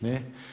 Ne.